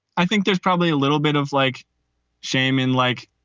i think there's probably a little bit of like shame in like.